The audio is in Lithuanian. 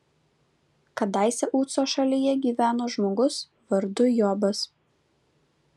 kadaise uco šalyje gyveno žmogus vardu jobas